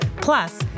Plus